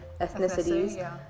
ethnicities